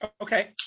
Okay